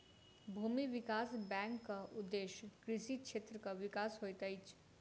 भूमि विकास बैंकक उदेश्य कृषि क्षेत्रक विकास होइत अछि